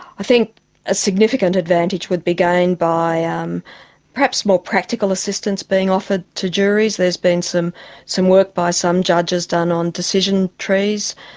i think a significant advantage would be gained by ah um perhaps more practical assistance being offered to juries. there has been some some work by some judges done on the decision trees,